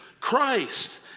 Christ